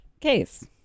case